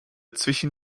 zwischen